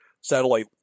satellite